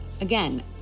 again